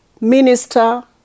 minister